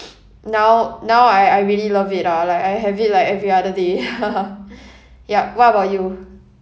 now now I I really love it ah like I have it like every other day ya yup what about you